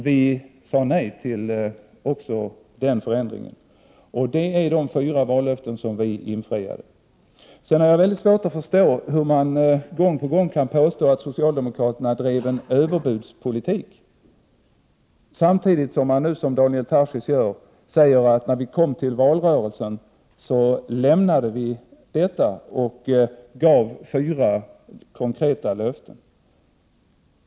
Vi sade nej till en sådan ändring. Det är alltså de fyra vallöften som vi har infriat. Jag har litet svårt att förstå hur man gång på gång kan påstå att socialdemokraterna drev en överbudspolitik samtidigt som man, som Daniel Tarschys, säger att när socialdemokraterna kom till valrörelsen lämnade de denna politik och gav fyra konkreta löften.